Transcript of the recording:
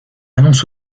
annonce